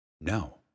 No